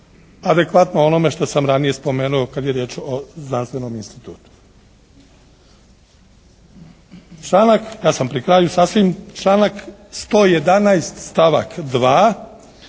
adekvatno onome što sam ranije spomenuo kad je riječ o znanstvenom institutu. Članak, ja sam pri kraju sasvim, članak 111. stavak 2.,